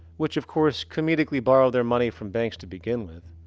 which, of course, comically borrow their money from banks to begin with,